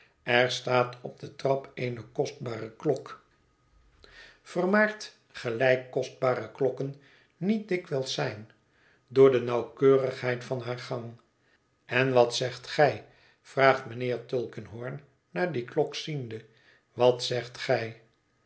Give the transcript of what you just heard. er staat op de trap eene kostbare klok vermaard gelijk kostbare klokken niet dikwijls zijn dooide nauwkeurigheid van haar gang en wat zegt gij vraagt mijnheer tulkinghorn naatdie klok ziende wat zegt gij